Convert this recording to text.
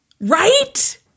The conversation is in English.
Right